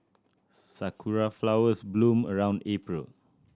sakura flowers bloom around April